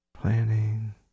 planning